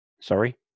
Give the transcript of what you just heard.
Sorry